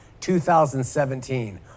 2017